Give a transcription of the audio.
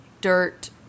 dirt